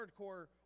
hardcore